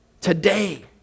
today